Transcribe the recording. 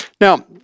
Now